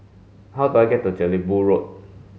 how do I get to Jelebu Road